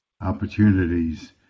opportunities